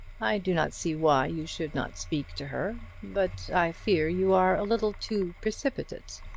i do not see why you should not speak to her. but i fear you are a little too precipitate.